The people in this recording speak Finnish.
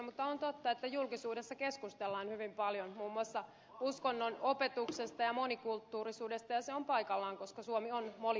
mutta on totta että julkisuudessa keskustellaan hyvin paljon muun muassa uskonnonopetuksesta ja monikulttuurisuudesta ja se on paikallaan koska suomi on monikulttuuristumassa